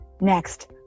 Next